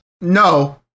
No